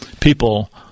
people